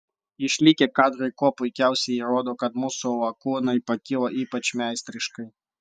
išlikę kadrai kuo puikiausiai įrodo kad mūsų lakūnai pakilo ypač meistriškai